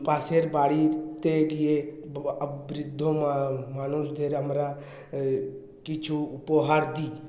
পাশের বাড়িরতে গিয়ে বৃদ্ধ মানুষদের আমরা কিছু উপহার দিই